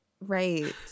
right